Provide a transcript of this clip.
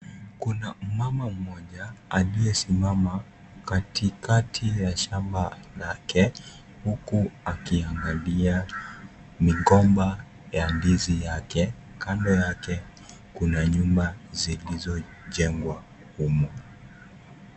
Kuna mama mmoja aliyesimama katikati ya shamba lake huku akiangalia migomba ya ndizi yake. Kando yake kuna nyumba zilizojengwa humu.